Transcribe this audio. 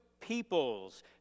peoples